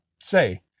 say